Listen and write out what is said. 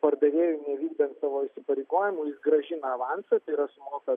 pardavėjui nevykdant savo įsipareigojimų jis grąžina avansą tai yra sumoka